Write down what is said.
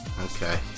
Okay